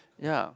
ya